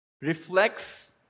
reflects